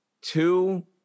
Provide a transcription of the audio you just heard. two